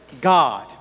God